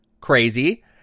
crazy